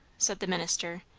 said the minister,